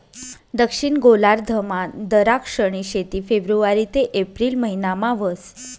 दक्षिण गोलार्धमा दराक्षनी शेती फेब्रुवारी ते एप्रिल महिनामा व्हस